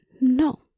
No